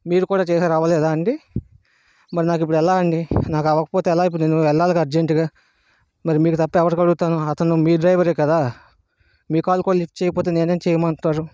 మీరు కూడా చేశారా అవ్వలేదా అండి మరి నాకు ఇప్పుడు ఎలా అండి నాకు అవ్వకపోతే ఎలా నేను ఇప్పుడు వెళ్ళాలి కదా అర్జెంటుగా మరి మీరు తప్ప ఇంకెవర్ని అడుగుతాను అతను మీ డ్రైవేరే కదా మీ కాల్ కూడా లిఫ్ట్ చేయకపోతే నేనేం చేయమంటారు